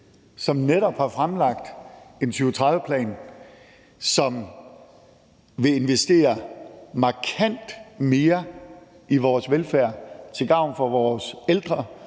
som netop har fremlagt en 2030-plan, som vil investere markant mere i vores velfærd til gavn for vores ældre,